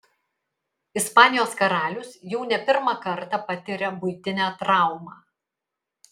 ispanijos karalius jau ne pirmą kartą patiria buitinę traumą